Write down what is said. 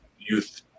youth